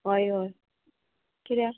हय हय किद्या